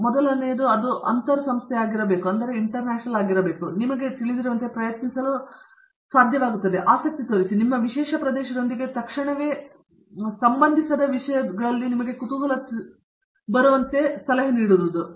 ಆದ್ದರಿಂದ ಮೊದಲನೆಯದು ಹೆಚ್ಚು ಅಂತರಸಂಸ್ಥೆಯಾಗಿರಬೇಕು ಮತ್ತು ನಿಮಗೆ ತಿಳಿದಿರುವಂತೆ ಪ್ರಯತ್ನಿಸಲು ಸಾಧ್ಯವಾಗುತ್ತದೆ ಆಸಕ್ತಿ ತೋರಿಸಿ ಮತ್ತು ನಿಮ್ಮ ವಿಶೇಷ ಪ್ರದೇಶದೊಂದಿಗೆ ತಕ್ಷಣವೇ ಸಂಬಂಧಿಸದ ವಿಷಯಗಳಲ್ಲಿ ನಿಮಗೆ ಕುತೂಹಲ ತಿಳಿದಿರುವಂತೆ ಸಲಹೆ ನೀಡುವುದು